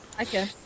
Okay